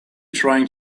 trying